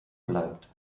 bleibt